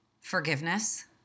forgiveness